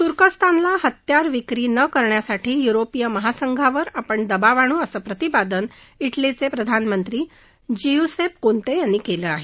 तुर्कस्तानला हत्यार विक्री न करण्यासाठी युरोपीय महासंघावर आपण दबाव आणू असं प्रतिपादन डेलीचे प्रधानमंत्री जियूसेप कोते यांनी केलं आहे